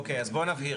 אוקיי, אז בוא נבהיר.